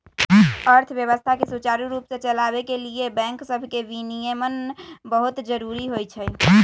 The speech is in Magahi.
अर्थव्यवस्था के सुचारू रूप से चलाबे के लिए बैंक सभके विनियमन बहुते जरूरी होइ छइ